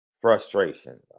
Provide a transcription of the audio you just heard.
frustration